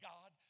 God